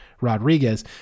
Rodriguez